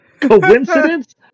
Coincidence